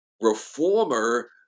reformer